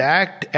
act